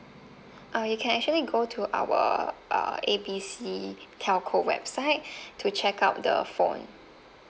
uh you can actually go to our uh A B C telco website to check out the phone